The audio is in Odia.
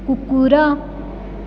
କୁକୁର